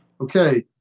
okay